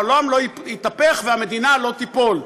העולם לא יתהפך והמדינה לא תיפול,